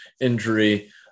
injury